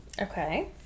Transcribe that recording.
Okay